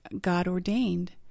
God-ordained